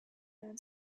man